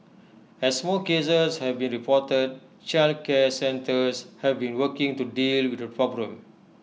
as more cases have been reported childcare centres have been working to deal with the problem